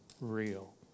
real